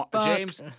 James